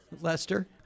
Lester